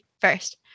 first